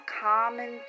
common